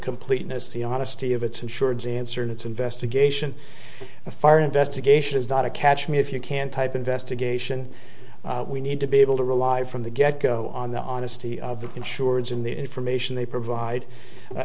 completeness the honesty of its insurance answer in its investigation a far investigation is not a catch me if you can type investigation we need to be able to rely from the get go on the honesty of the insureds in the information they provide